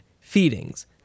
Feedings